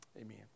Amen